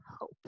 hope